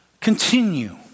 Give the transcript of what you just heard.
Continue